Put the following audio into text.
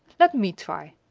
let me try.